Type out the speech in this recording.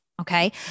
Okay